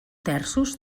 terços